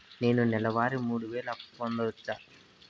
నేను నెల వారి మూడు వేలు అప్పు పొందవచ్చా?